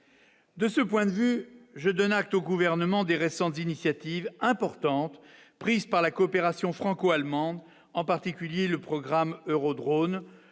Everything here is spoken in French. de ce point de vue, je donne acte au gouvernement des récentes initiatives importantes prises par la coopération franco- allemande, en particulier le programme Euro drônes